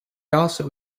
also